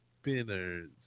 spinners